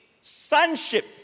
sonship